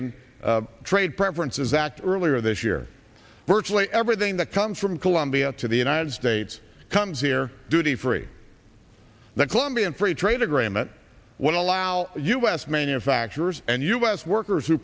and the trade preferences act earlier this year virtually everything that comes from colombia to the united states comes here duty free the colombian free trade agreement would allow u s manufacturers and us workers who